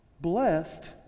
blessed